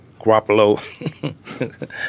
Garoppolo